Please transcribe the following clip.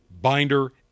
binder